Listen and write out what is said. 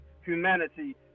humanity